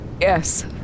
Yes